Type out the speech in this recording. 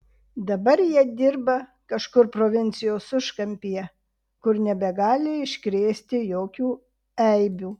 dabar jie dirba kažkur provincijos užkampyje kur nebegali iškrėsti jokių eibių